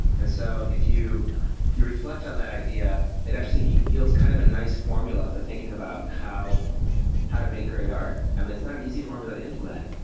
and so if you if you reflect on that idea, it actually yields kind of a nice formula for thinking about how how to make great art. and it's not an easy formula to implement,